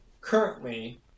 currently